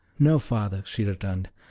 no, father, she returned,